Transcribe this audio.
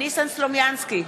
ניסן סלומינסקי,